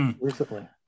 recently